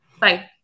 Bye